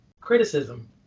criticism